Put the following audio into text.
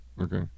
Okay